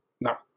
No